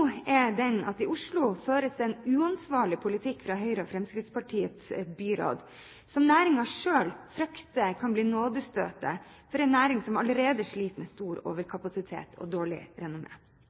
den at i Oslo føres det en uansvarlig politikk fra Høyre–Fremskrittsparti-byrådet, som næringen selv frykter kan bli nådestøtet for en næring som allerede sliter med stor overkapasitet og dårlig